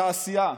בתעשייה,